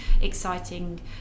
exciting